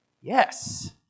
Yes